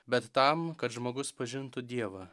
bet tam kad žmogus pažintų dievą